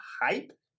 hype